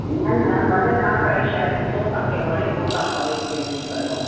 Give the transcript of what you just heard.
न न भले तव्हां पहिरीं शइ ॾिसो तव्हांखे वणे पोइ तव्हां भले पेमेंट कयो